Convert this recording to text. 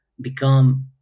become